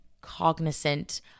cognizant